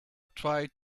tried